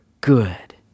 good